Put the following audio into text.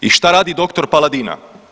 I šta radi dr. Paladina?